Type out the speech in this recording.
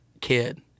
kid